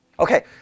Okay